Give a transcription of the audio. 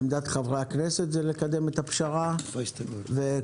עמדת חברי הכנסת היא לקדם את הפשרה וכל